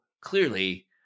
clearly